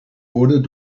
worden